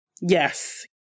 Yes